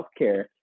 healthcare